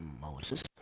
Moses